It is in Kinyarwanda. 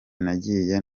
nagiye